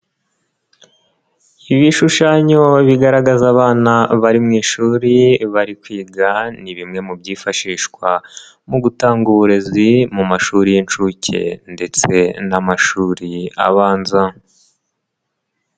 ibishushanyo bigaragaza abana bari mu ishuri bari kwiga, ni bimwe mu byifashishwa mu gutanga uburezi mu mashuri y'inSHuke ndetse n'amashuri abanza.